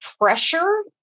pressure